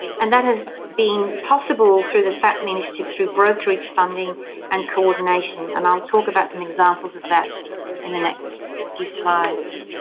and that has been possible through the fapmi initiative through brokerage funding and coordination. and i'll talk about some examples of that in the next few slides.